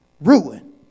ruin